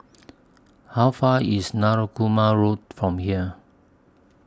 How Far away IS Narooma Road from here